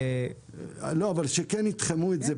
אבל שכן יתחמו את זה.